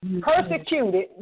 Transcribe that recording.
persecuted